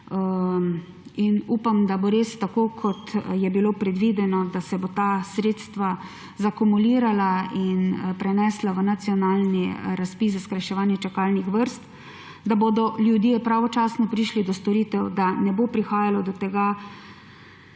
in upam, da bo res tako, kot je bilo predvideno, da se bodo ta sredstva komulirala in prenesla v nacionalni razpis za skrajševanje čakalnih vrst, da bodo ljudje pravočasno prišli do storitev, da ne bo prihajalo do tega,